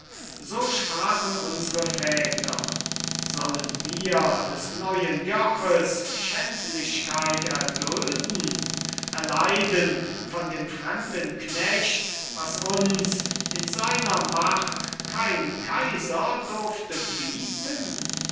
so sprachen unsere väter sollen wir des neuen joches schändlichkeit erdulden erleiden von dem fremden knecht was uns in seiner macht kein kaiser durfte bieten